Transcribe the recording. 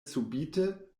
subite